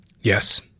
Yes